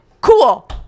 cool